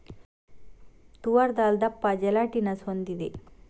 ತೂವರ್ ದಾಲ್ ದಪ್ಪ ಜೆಲಾಟಿನಸ್ ಹೊಂದಿದೆ